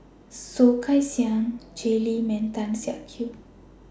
Soh Kay Siang Jay Lim and Tan Siak Kew